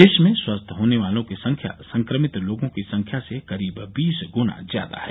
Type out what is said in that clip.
देश में स्वस्थ होने वालों की संख्या संक्रमित लोगों की संख्या से करीब बीस गुणा ज्यादा है